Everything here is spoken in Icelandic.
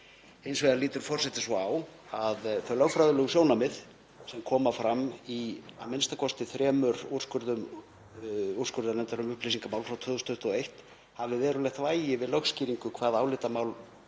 Hins vegar lítur forseti svo á að þau lögfræðilegu sjónarmið sem koma fram í a.m.k. þremur úrskurðum úrskurðarnefndar um upplýsingamál frá 2021 hafi verulegt vægi við lögskýringu hvað álitamál